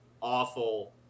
awful